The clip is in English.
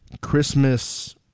Christmas